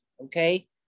Okay